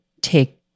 take